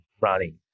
running